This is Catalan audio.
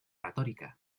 retòrica